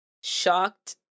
shocked